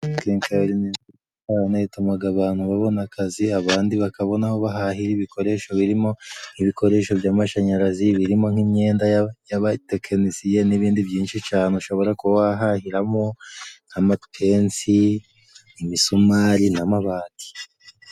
Kenkayori ni nziza cane itumaga abantu babona akazi, abandi bakabona aho bahahira ibikoresho birimo ibikoresho by'amashanyarazi, birimo nk'imyenda y'aba y'abatekinisiye, n'ibindi byinshi cane ushobora kuba wahahiramo nk'amapensi, imisumari n'amabati.